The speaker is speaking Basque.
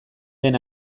den